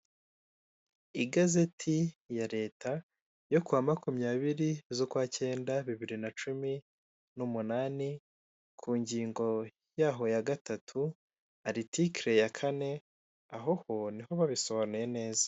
Igazeti ya leta yo ku wa 20/09/2018 ku ngingo yaho ya gatatu, aritikile ya kane aho ho niho babisobanuye neza.